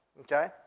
Okay